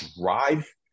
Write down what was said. drive